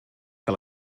que